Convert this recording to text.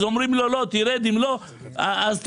אז אומרים לו: לא, תרד, אם לא, אז תערער,